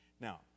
Now